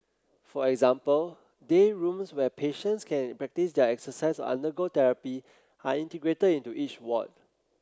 for example day rooms where patients can practise their exercise undergo therapy are integrated into each ward